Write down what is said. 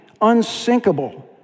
unsinkable